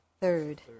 third